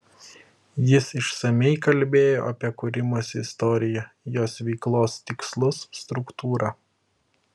jis išsamiai kalbėjo apie kūrimosi istoriją jos veiklos tikslus struktūrą